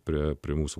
prie prie mūsų